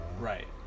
right